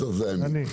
בסוף זה אני.